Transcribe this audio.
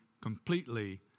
completely